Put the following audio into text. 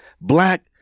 black